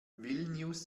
vilnius